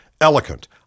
eloquent